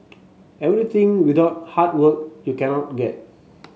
everything without hard work you cannot get